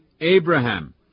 Abraham